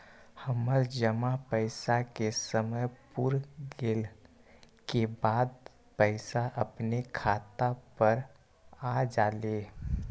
हमर जमा पैसा के समय पुर गेल के बाद पैसा अपने खाता पर आ जाले?